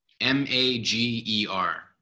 M-A-G-E-R